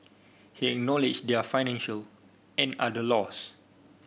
he acknowledged their financial and other loss